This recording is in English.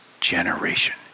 generation